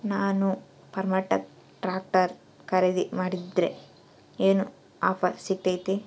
ನಾನು Farmtrac tractor ಖರೇದಿ ಮಾಡಿದ್ರೆ ಏನು ಆಫರ್ ಸಿಗ್ತೈತಿ?